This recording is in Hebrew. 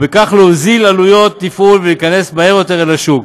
וכך להוזיל עלויות תפעול ולהיכנס מהר יותר לשוק.